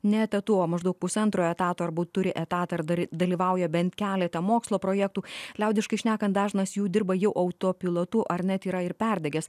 ne etatu o maždaug pusantro etato arba turi etatą ir dar dalyvauja bent kelete mokslo projektų liaudiškai šnekant dažnas jų dirba jau autopilotu ar net yra ir perdegęs